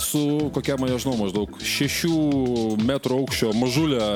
su kokia maniau žinau maždaug šešių metrų aukščio mažule